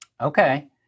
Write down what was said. Okay